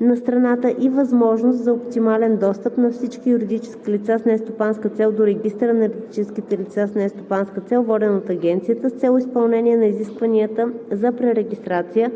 на страната и възможност за оптимален достъп на всички юридически лица с нестопанска цел до регистъра на юридическите лица с нестопанска цел, воден от Агенцията по вписванията, с цел изпълнение на изискванията за пререгистрацията им